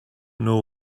know